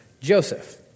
Joseph